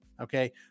Okay